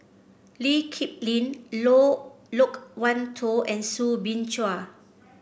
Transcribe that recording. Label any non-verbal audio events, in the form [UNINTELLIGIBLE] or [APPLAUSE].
Lee Kip Lin [UNINTELLIGIBLE] Loke Wan Tho and Soo Bin Chua